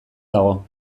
dago